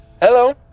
Hello